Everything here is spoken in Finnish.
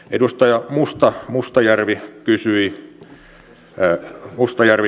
edustaja mustajärvi kysyi